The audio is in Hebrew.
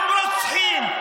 גם רוצחים,